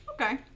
Okay